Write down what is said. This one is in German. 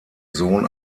sohn